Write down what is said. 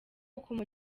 agomba